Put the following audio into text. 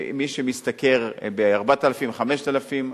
שמי שמשתכרת 4,000 5,000,